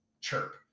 chirp